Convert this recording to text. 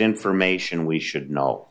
information we should know